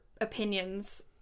opinions